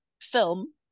film